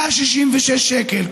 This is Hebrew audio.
166 שקלים.